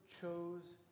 chose